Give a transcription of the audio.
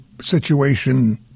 situation